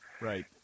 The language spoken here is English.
Right